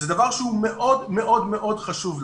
זה דבר שהוא מאוד מאוד מאוד חשוב לנו.